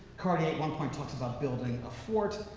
cartier, at one point, talks about building a fort.